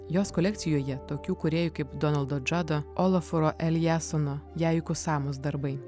jos kolekcijoje tokių kūrėjų kaip donaldo džado olaforo eljesono jeiku samus darbai